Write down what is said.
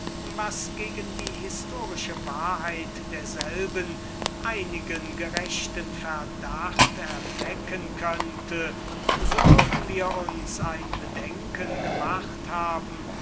was gegen die historische wahrheit derselben einigen gerechten verdacht erwecken könnte so würden wir uns ein bedenken gemacht haben